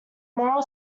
moral